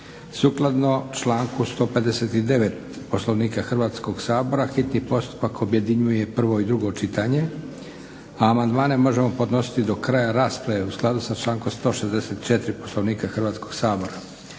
Sukladno članku 159. Poslovnika Hrvatskog sabora hitni postupak objedinjuje prvo i drugo čitanje, a amandmane možemo podnositi do kraja rasprave u skladu sa člankom 164. Poslovnika Hrvatskog sabora.